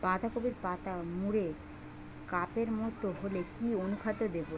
বাঁধাকপির পাতা মুড়ে কাপের মতো হলে কি অনুখাদ্য দেবো?